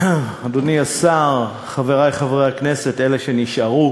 תודה רבה, אדוני השר, חברי חברי הכנסת, אלה שנשארו